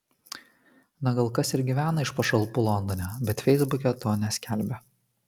na gal kas ir gyvena iš pašalpų londone bet feisbuke to neskelbia